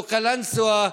לא קלנסווה,